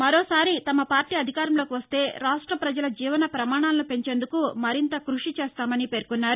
మరో సారి తమ పార్టీ అధికారంలోకి వస్తే రాష్ట పజల జీవన పమాణాలను పెంచేందుకు మరింత కృషి చేస్తామని పేర్కొన్నారు